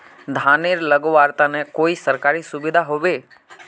धानेर लगवार तने कोई सरकारी सुविधा होबे?